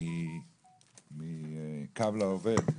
מקו לעובד.